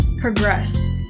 progress